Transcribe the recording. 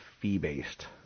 fee-based